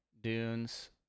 dunes